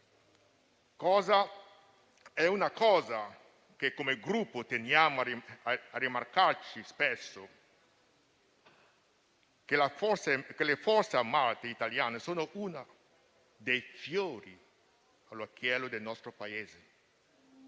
è una cosa che come Gruppo teniamo a rimarcare spesso, è che le Forze armate italiane sono uno dei fiori all'occhiello del nostro Paese.